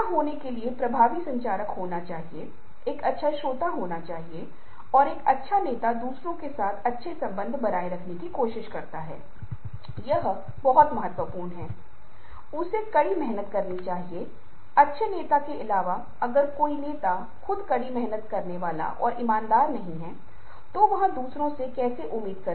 जब हम अशाब्दिक संचार को देख रहे हैं तो ये मुख्य आकर्षण हैं जिन्हें हम देख रहे हैं चेहरे की अभिव्यक्ति आकर्षक व्यवहार लोग कैसे एक दूसरे को देख रहे हैं या दूसरों की आंखों से बचते हैं इशारे जो लोग करते हैं आसन करते हैं अभिमानी मुद्राएं विनम्र मुद्राएं और उस सिर की स्थिति संदर्भ और परिवेश जैसी चीजें होती हैं